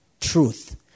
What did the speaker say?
truth